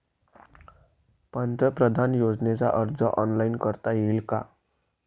पंतप्रधान योजनेचा अर्ज ऑनलाईन करता येईन का?